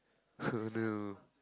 oh no